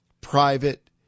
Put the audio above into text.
private